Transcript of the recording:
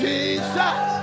Jesus